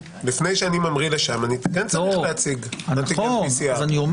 לפני שאני ממריא לארצות הברית אני כן צריך להציג בדיקת PCR. אתה יכול